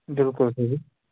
بِلکُل